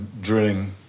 drilling